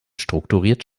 strukturiert